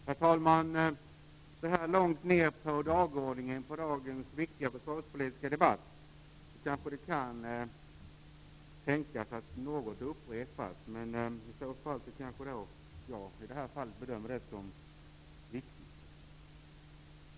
Herr talman! Så här långt ner på talarlistan i dagens viktiga försvarspolitiska debatt kan det tänkas att något upprepas. I så fall kanske det -- i det här fallet av mig -- bedöms som viktigt.